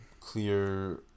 clear